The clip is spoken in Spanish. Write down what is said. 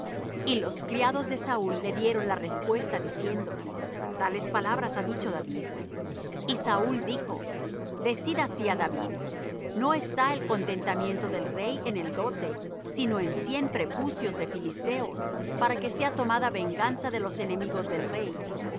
y los criados de saúl le dieron la respuesta diciendo tales palabras ha dicho david y saúl dijo decid así á david no está el contentamiento del rey en el dote sino en cien prepucios de filisteos para que sea tomada venganza de los enemigos del rey mas